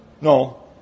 no